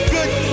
Good